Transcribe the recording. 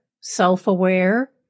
self-aware